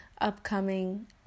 upcoming